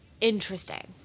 interesting